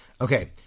Okay